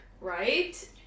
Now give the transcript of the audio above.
Right